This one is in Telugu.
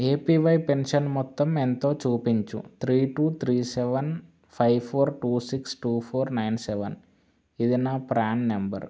ఏపివై పెన్షన్ మొత్తం ఎంతో చూపించు three two three seven five four two six two four nine seven ఇది నా ప్రాన్ నంబరు